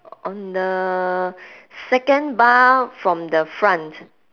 on the second bar from the front